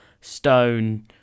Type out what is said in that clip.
Stone